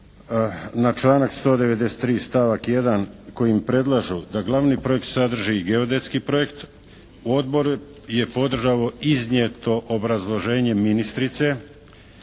na članak 193., stavak 1. kojim predlažu da glavni projekt sadrži i geodetski projekt Odbor je podržao iznijeto obrazloženje ministrice